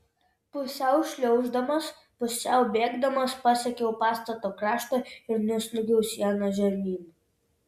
pusiau šliauždamas pusiau bėgdamas pasiekiau pastato kraštą ir nusliuogiau siena žemyn